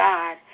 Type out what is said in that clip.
God